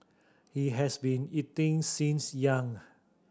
he has been eating since young